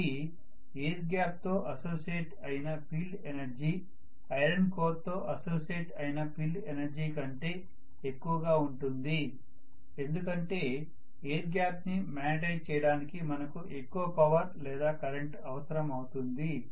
కాబట్టి air gap తో associate అయిన ఫీల్డ్ ఎనర్జీ ఐరన్ కోర్ తో అసోసియేట్ అయిన ఫీల్డ్ ఎనర్జీ కంటే ఎక్కువగా ఉంటుంది ఎందుకంటే ఎయిర్ గ్యాప్ ని మాగ్నెటైజ్ చేయడానికి మనకు ఎక్కువ పవర్ లేదా కరెంటు అవసరం అవుతుంది